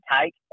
take